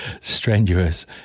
strenuous